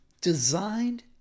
designed